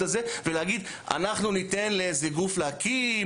הזה ולהגיד שאתם תתנו לאיזה גוף להקים,